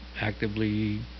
actively